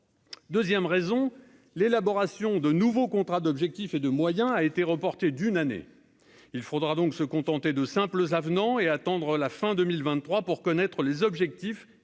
2ème raison l'élaboration de nouveaux contrats d'objectifs et de moyens, a été reporté d'une année, il faudra donc se contenter de simples avenants et attendre la fin 2023 pour connaître les objectifs